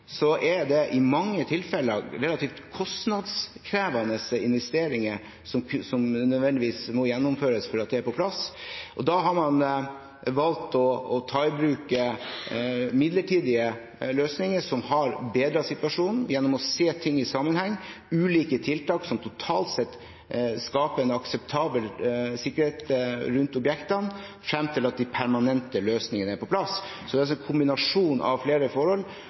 Så er det sånn at når vi snakker om permanent grunnsikring, er det i mange tilfeller relativt kostnadskrevende investeringer som nødvendigvis må gjennomføres for at det er på plass. Da har man valgt å ta i bruk midlertidige løsninger som har bedret situasjonen, gjennom å se ting i sammenheng, ulike tiltak som totalt sett skaper en akseptabel sikkerhet rundt objektene, frem til de permanente løsningene er på plass. Så det er altså en kombinasjon av flere forhold